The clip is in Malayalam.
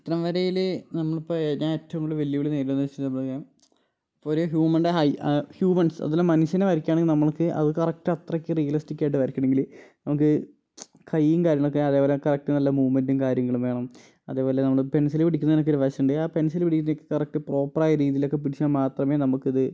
ചിത്രം വരയില് നമ്മളിപ്പോൾ ഞാൻ ഏറ്റവും കൂടുതല് വെല്ലുവിളി നേരിടുന്നത് കുറിച്ച് പറയാം ഇപ്പം ഒരു ഹ്യൂമൻ്റെ ഹൈ ഹ്യൂമൻസ് അതിലെ മനുഷ്യനെ വരയ്ക്കണമെങ്കിൽ നമ്മൾക്ക് അത് കറക്റ്റ് അത്രയ്ക്ക് റിയലിസ്റ്റിക്കായിട്ട് വരക്കണമെങ്കില് നമുക്ക് കയ്യും കാര്യങ്ങളൊക്കെ അതേപോലെ കറക്റ്റ് നല്ല മൂമ്മെൻ്റും കാര്യങ്ങളും വേണം അതേപോലെ നമ്മള് പെൻസില് പിടിക്കുന്നതിനൊക്കെ ഒരു വശമുണ്ട് ആ പെൻസില് പിടിക്കുന്നതൊക്കെ കറക്റ്റ് പ്രോപ്പറായ രീതിയിലൊക്കെ പിടിച്ചാൽ മാത്രമേ നമുക്കിത്